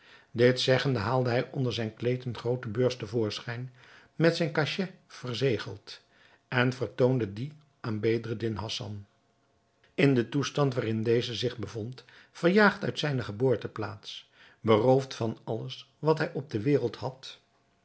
dit zeggende haalde hij onder zijn kleed eene groote beurs te voorschijn met zijn cachet verzegeld en vertoonde die aan bedreddin hassan in den toestand waarin deze zich bevond verjaagd uit zijne geboorteplaats beroofd van alles wat hij op de wereld had